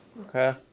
Okay